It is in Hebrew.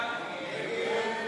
הממשלה על